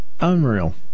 Unreal